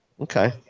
Okay